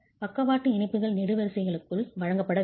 பக்கவாட்டு இணைப்புகள் நெடுவரிசைகளுக்குள் வழங்கப்பட வேண்டும்